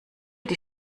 die